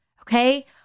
okay